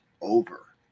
over